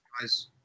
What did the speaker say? guys